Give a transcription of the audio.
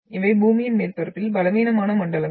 இவை பூமியின் மேற்பரப்பில் பலவீனமான மண்டலங்கள்